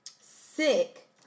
sick